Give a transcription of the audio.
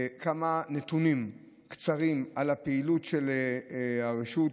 כמה נתונים קצרים על הפעילות של הרשות,